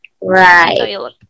Right